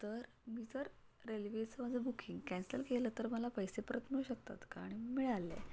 तर मी जर रेल्वेचं माझं बुकिंग कॅन्सल केलं तर मला पैसे परत मिळू शकतात का आणि मिळाले